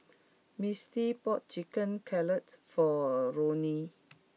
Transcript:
Mistie bought Chicken Cutlet for Ruie